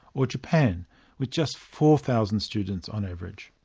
or japan with just four thousand students on average.